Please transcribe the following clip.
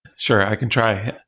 sure, i can try.